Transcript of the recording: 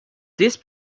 this